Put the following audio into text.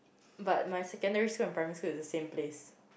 but my secondary school and primary school is the same place